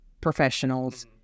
professionals